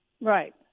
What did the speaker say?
Right